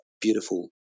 beautiful